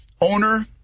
owner